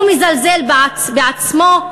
הוא מזלזל בעצמו,